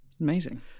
amazing